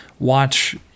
watch